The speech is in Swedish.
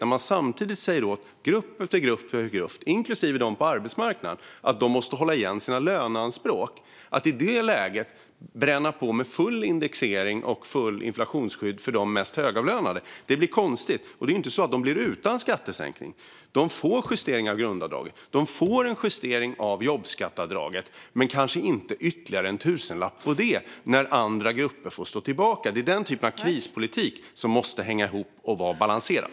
När man samtidigt säger till grupp efter grupp, inklusive dem på arbetsmarknaden, att de måste hålla igen på sina löneanspråk blir det lite märkligt att man bränner på med full indexering och fullt inflationsskydd för de mest högavlönade. Det blir konstigt. Det är inte så att de blir utan skattesänkning. De får en justering av grundavdraget, och de får en justering av jobbskatteavdraget. Men de får kanske inte ytterligare en tusenlapp utöver det när andra grupper får stå tillbaka. Det är denna typ av krispolitik som måste hänga ihop och vara balanserad.